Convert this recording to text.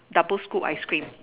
double scoop ice cream